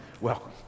welcome